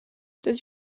does